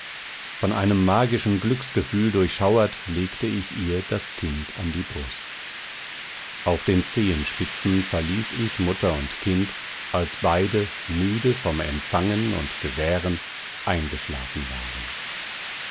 von einem magischen glücksgefühl durchschauert legte ich ihr das kind an die brust auf den zehenspitzen verließ ich mutter und kind als beide müde vom empfangen und gewähren eingeschlafen waren